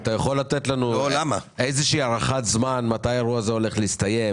אתה יכול לתת לנו איזו שהיא הערכת זמן מתי האירוע הזה הולך להסתיים?